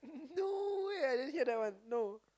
no way I didn't hear that one no